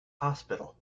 hospital